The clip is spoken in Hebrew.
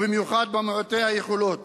ובמיוחד במעוטי היכולות.